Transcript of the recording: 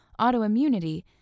autoimmunity